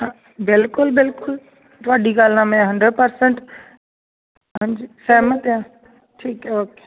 ਬਿਲਕੁਲ ਬਿਲਕੁਲ ਤੁਹਾਡੀ ਗੱਲ ਨਾਲ ਮੈਂ ਹੰਡਰਡ ਪਰਸੈਂਟ ਹਾਂਜੀ ਸਹਿਮਤ ਹਾਂ ਠੀਕ ਹੈ ਓਕੇ